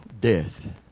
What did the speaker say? death